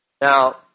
Now